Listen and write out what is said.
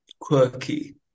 quirky